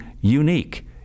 unique